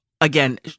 again